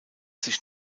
sich